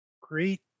great